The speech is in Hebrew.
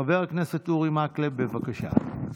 חבר הכנסת אורי מקלב, בבקשה.